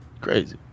crazy